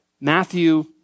Matthew